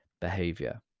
behavior